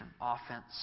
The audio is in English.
Offense